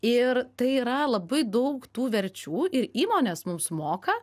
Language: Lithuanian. ir tai yra labai daug tų verčių ir įmonės mums moka